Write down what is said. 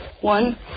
One